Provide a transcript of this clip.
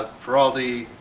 ah for all the